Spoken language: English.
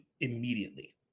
immediately